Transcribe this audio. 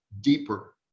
deeper